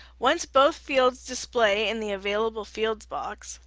once both fields display in the available fields box,